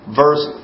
verse